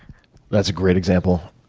that's a great example.